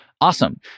awesome